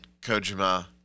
Kojima